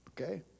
Okay